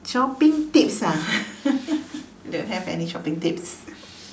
something tips ah don't have any shopping tips